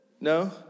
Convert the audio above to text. No